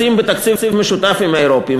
לשים בתקציב משותף עם האירופים,